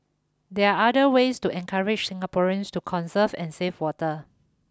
there other ways to encourage Singaporeans to conserve and save water